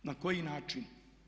Na koji način?